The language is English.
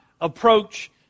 approach